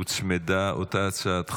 הוצמדה אותה הצעת חוק.